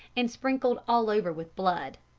and sprinkled all over with blood.